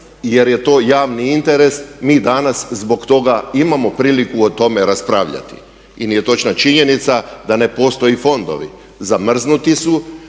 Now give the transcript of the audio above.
jer je to javni interes, mi danas zbog toga imamo priliku o tome raspravljati i nije točna činjenica da ne postoje fondovi. Zamrznuti su,